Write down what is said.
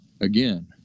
again